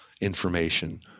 information